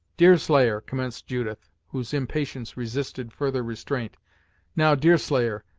deerslayer, commenced judith, whose impatience resisted further restraint now, deerslayer,